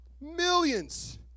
Millions